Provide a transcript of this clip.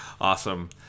Awesome